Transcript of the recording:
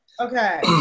Okay